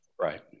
Right